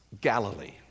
Galilee